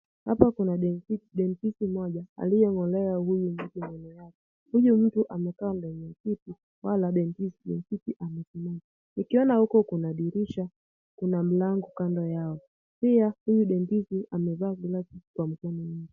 Hapa kuna dentisti mmoja aliyeng'olea huyu mtu meno yake. Huyu mtu amekaa kwenye kiti wala dentisti amesimama. Ukiona huko kuna dirisha kuna mlango kando yao, pia huyu dentisti amevaa glovu kwa mkono wake.